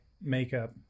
makeup